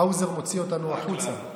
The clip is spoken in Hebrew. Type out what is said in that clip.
האוזר מוציא אותנו החוצה.